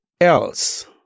else